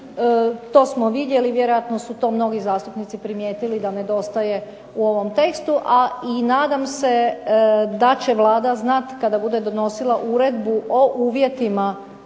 to smo vidjeli vjerojatno su to mnogi zastupnici primijetili da nedostaje u ovom tekstu i nadam se da će Vlada znati da bude donosila Uredbu o natječajima